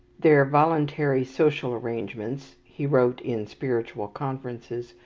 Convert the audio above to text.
their voluntary social arrangements, he wrote in spiritual conferences,